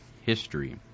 history